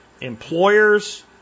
employers